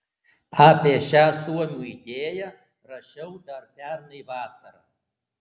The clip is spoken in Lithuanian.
apie šią suomių idėją rašiau dar pernai vasarą